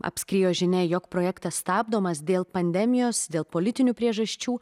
apskriejo žinia jog projektas stabdomas dėl pandemijos dėl politinių priežasčių